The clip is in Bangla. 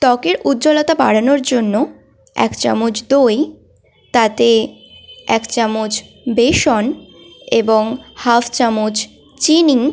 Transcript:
ত্বকের উজ্জ্বলতা বাড়ানোর জন্য এক চামচ দই তাতে এক চামচ বেসন এবং হাফ চামচ চিনি